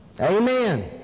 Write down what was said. Amen